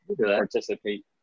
participate